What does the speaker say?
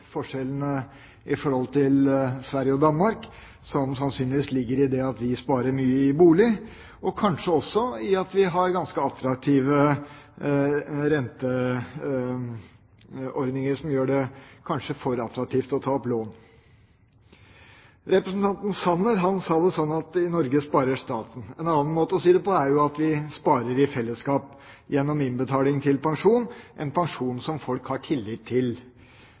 forskjellene i forhold til Sverige og Danmark, som sannsynligvis ligger i at vi sparer mye i bolig, og at vi også har ganske attraktive renteordninger, som kanskje gjør det for attraktivt å ta opp lån. Representanten Sanner sa at i Norge sparer staten. En annen måte å si det på er at vi sparer i fellesskap gjennom innbetaling til pensjon, en pensjon som folk har tillit til.